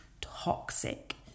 toxic